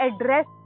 address